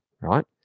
right